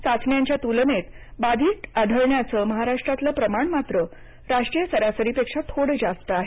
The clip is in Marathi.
चाचण्यांच्या तुलनेत बाधित आढळण्याचं महाराष्ट्रातलं प्रमाण मात्र राष्ट्रीय सरासरीपेक्षा थोडं जास्त आहे